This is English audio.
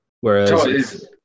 Whereas